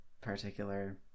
particular